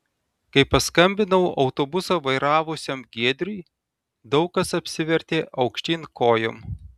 kai paskambinau autobusą vairavusiam giedriui daug kas apsivertė aukštyn kojom